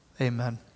Amen